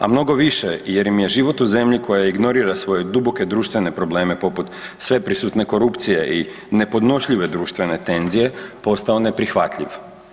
A mnogo više jer im je život u zemlji koja ignorira svoje duboke društvene probleme poput sveprisutne korupcije i nepodnošljive društvene tenzije, postao neprihvatljiv.